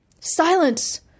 Silence